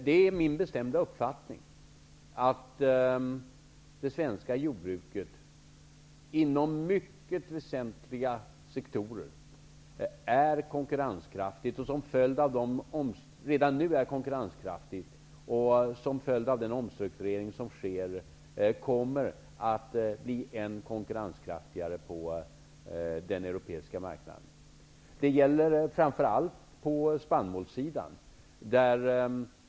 Det är min bestämda uppfattning att det svenska jordbruket redan nu är konkurrenskraftigt inom mycket väsentliga sektorer. Som en följd av den omstrukturering som sker kommer det att bli än konkurrenskraftigare på den europeiska marknaden. Det gäller framför allt spannmål.